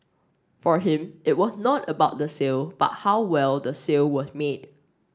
for him it was not about the sale but how well the sale was made